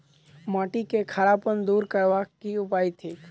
माटि केँ खड़ापन दूर करबाक की उपाय थिक?